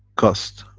cost,